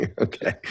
Okay